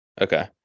Okay